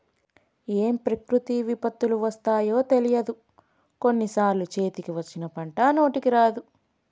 ఏం ప్రకృతి విపత్తులు వస్తాయో తెలియదు, కొన్ని సార్లు చేతికి వచ్చిన పంట నోటికి రాదు